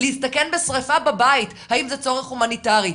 להסתכן בשריפה בבית, האם זה צורך הומניטרי?